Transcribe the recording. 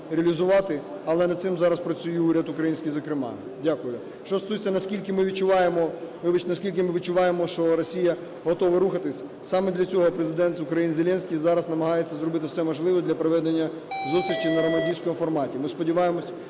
але над цим зараз працює і уряд український зокрема. Дякую. Що стосується, наскільки ми відчуваємо, вибачте, наскільки ми відчуваємо, що Росія готова рухатись. Саме для цього Президент України Зеленський зараз намагається зробити все можливе для проведення зустрічі в "нормандському форматі". Ми сподіваємося,